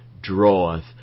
draweth